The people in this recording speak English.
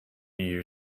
you